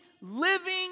living